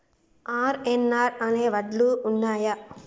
RNR అనే వడ్లు ఉన్నయా?